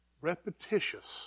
repetitious